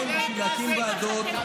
את הוועדות הם שינו.